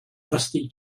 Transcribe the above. dusty